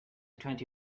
twenty